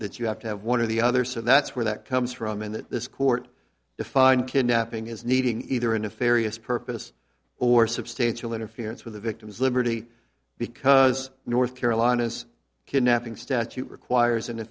that you have to have one or the other so that's where that comes from and that this court defined kidnapping is needing either in a farias purpose or substantial interference with the victim's liberty because north carolina's kidnapping statute requires